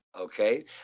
Okay